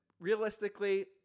realistically